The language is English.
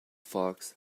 fox